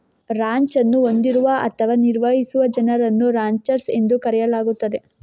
ranch ಅನ್ನು ಹೊಂದಿರುವ ಅಥವಾ ನಿರ್ವಹಿಸುವ ಜನರನ್ನು ರಾಂಚರ್ಸ್ ಎಂದು ಕರೆಯಲಾಗುತ್ತದೆ